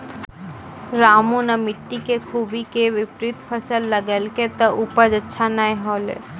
रामू नॅ मिट्टी के खूबी के विपरीत फसल लगैलकै त उपज अच्छा नाय होलै